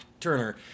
Turner